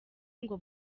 ngo